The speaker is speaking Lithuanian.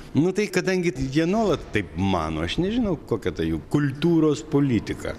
nu tai kadangi jie nuolat taip mano aš nežinau kokia ta jų kultūros politika